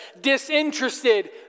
disinterested